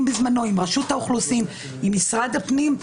בזמנו ועם רשות האוכלוסין ומשרד הפנים.